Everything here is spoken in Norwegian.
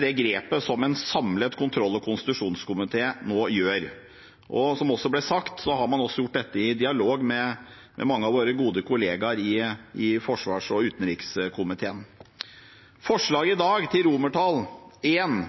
det grepet som en samlet kontroll- og konstitusjonskomité nå gjør. Og som det også ble sagt, har man gjort dette i dialog med mange av våre gode kollegaer i utenriks- og forsvarskomiteen. Forslag til vedtak I i dag